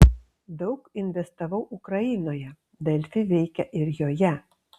daug investavau ukrainoje delfi veikia ir joje